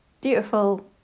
...beautiful